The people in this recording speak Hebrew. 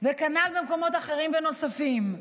וכנ"ל במקומות אחרים ונוספים.